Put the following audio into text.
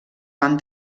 van